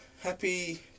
happy